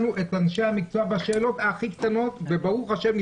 את אנשי המקצוע בשאלות הכי קטנות וברוך השם,